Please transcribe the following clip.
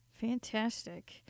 Fantastic